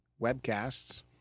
Webcasts